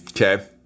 Okay